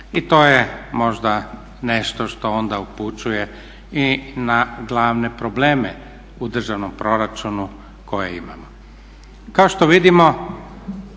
I to je možda nešto što onda upućuje i na glavne probleme u državnom proračunu koje imamo.